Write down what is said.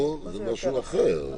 פה זה משהו אחר.